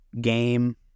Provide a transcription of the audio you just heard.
game